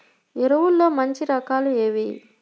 ఎరువుల్లో మంచి రకాలు ఏవి?